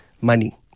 money